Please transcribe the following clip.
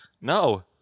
No